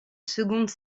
seconde